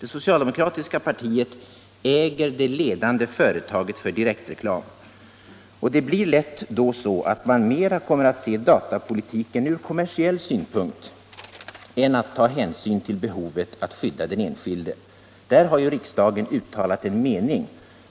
Det socialdemokratiska partiet äger det ledande företaget för direktreklam. Det blir då lätt så att man mera kommer att se datapolitiken ur kommersiell synpunkt än med hänsyn till behovet att skydda den enskilde. Riksdagen har uttalat att